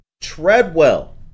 Treadwell